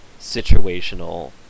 situational